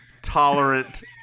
tolerant